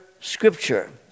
Scripture